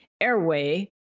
airway